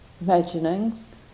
imaginings